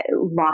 lost